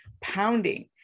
pounding